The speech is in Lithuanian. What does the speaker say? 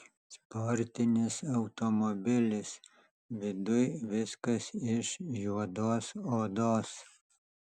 sportinis automobilis viduj viskas iš juodos odos